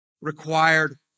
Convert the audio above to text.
required